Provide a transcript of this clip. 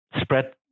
spread